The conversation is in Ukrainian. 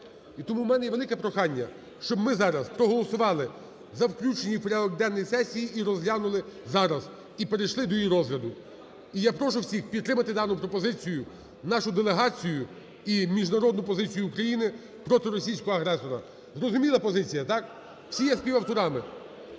І тому в мене є велике прохання, щоб ми зараз проголосували за включення її в порядок денний сесії і розглянули зараз, і перейшли до її розгляду. І я прошу всіх підтримати дану пропозиції, нашу делегацію і міжнародну позицію України проти російського агресора. Зрозуміла позиція, так? Всі є співавторами.